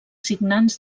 signants